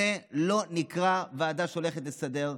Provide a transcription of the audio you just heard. זה לא נקרא ועדה שהולכת לסדר,